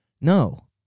No